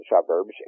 suburbs